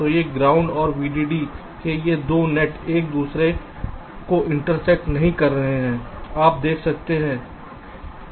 तो ये ग्राउंड और वीडीडी के ये 2 नेट एक दूसरे को इंटरसेक्ट नहीं कर रहे हैं आप देख सकते हैं